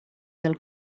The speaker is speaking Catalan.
del